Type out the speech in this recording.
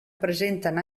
presenten